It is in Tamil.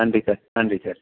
நன்றி சார் நன்றி சார்